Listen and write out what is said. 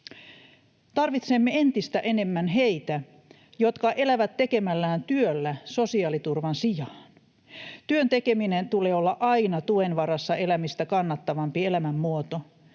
Tarvitsemme entistä enemmän heitä, jotka elävät tekemällään työllä sosiaaliturvan sijaan. Työn tekemisen tulee olla aina tuen varassa elämistä kannattavampi elämänmuoto.